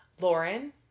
Lauren